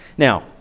Now